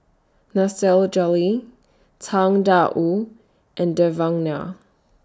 Nasir Jalil Tang DA Wu and Devan Nair